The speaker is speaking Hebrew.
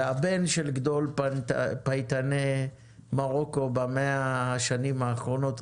והבן של גדול פייטני מרוקו ב-100 השנים האחרונות,